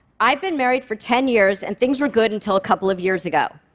i've been married for ten years and things were good until a couple of years ago.